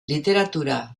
literatura